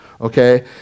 Okay